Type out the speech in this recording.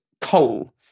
coal